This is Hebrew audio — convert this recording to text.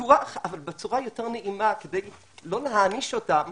בטוח אבל בצורה יותר נעימה כדי לא להעניש אותם